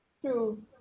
true